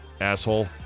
asshole